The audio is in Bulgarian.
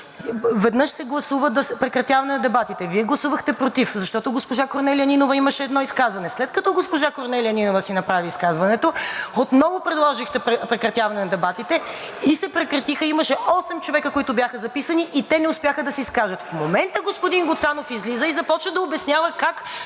веднъж се гласува прекратяване на дебатите, Вие гласувахте против, защото госпожа Корнелия Нинова имаше едно изказване. След като госпожа Корнелия Нинова си направи изказването, отново предложихте прекратяване на дебатите и се прекратиха, а имаше осем човека, които бяха записани, и те не успяха да се изкажат. В момента господин Гуцанов излиза и започва да обяснява как